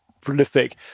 prolific